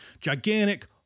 gigantic